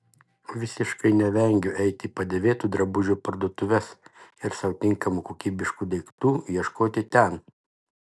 visiškai nevengiu eiti į padėvėtų drabužių parduotuves ir sau tinkamų kokybiškų daiktų ieškoti ten